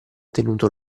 tenuto